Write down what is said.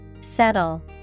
Settle